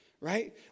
right